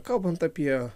kalbant apie